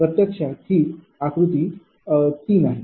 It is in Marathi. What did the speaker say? प्रत्यक्षात ही आकृती 3 आहे